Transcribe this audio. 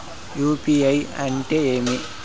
UPI అంటే ఏమి?